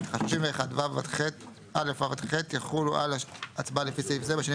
סעיף 31א(ו) עד (ח) יחולו על ההצבעה לפי סעיף זה בשינויים